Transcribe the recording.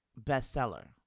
bestseller